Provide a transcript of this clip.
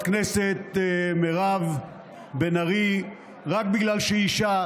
כנסת מירב בן ארי רק בגלל שהיא אישה,